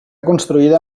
construïda